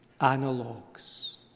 analogues